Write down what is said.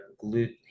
glute